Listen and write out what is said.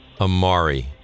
Amari